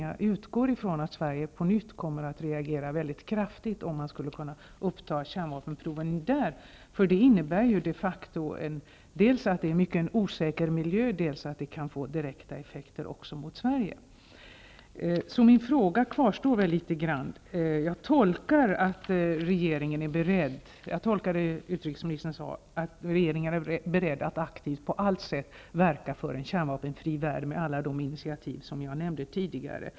Jag utgår från att Sverige på nytt kommer att reagera kraftigt om kärnvapenproven kommer att återupptas. Området är mycket olämpligt för kärnvapenprov, det är de facto en osäker miljö, och det kan bli direkta effekter för Sverige. Min fråga kvarstår. Jag tolkar det utrikesministern sade som att regeringen är beredd att aktivt på allt sätt verka för en kärnvapenfri värld -- med alla de initiativ jag nämnde tidigare.